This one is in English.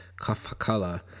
Kafakala